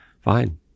Fine